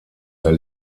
der